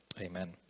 Amen